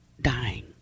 dying